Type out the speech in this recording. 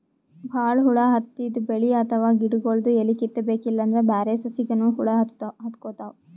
ಭಾಳ್ ಹುಳ ಹತ್ತಿದ್ ಬೆಳಿ ಅಥವಾ ಗಿಡಗೊಳ್ದು ಎಲಿ ಕಿತ್ತಬೇಕ್ ಇಲ್ಲಂದ್ರ ಬ್ಯಾರೆ ಸಸಿಗನೂ ಹುಳ ಹತ್ಕೊತಾವ್